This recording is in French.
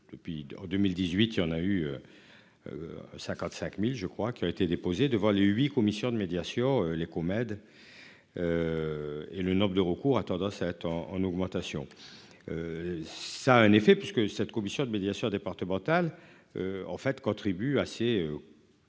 en 2018, il y en a eu. 55.000. Je crois qu'il a été déposé devant le huit commissions de médiation les comètes. Et le nombre de recours a tendance à attends en augmentation. Ça a un effet puisque cette commissions de médiation départementales. En fait, contribue assez.